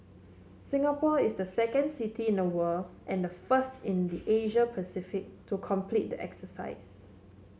Singapore is the second city in the world and the first in the Asia Pacific to complete the exercise